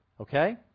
Okay